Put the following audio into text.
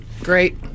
Great